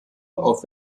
auf